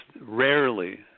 rarely